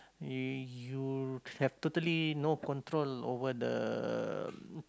y~ you have totally no control over the